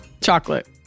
chocolate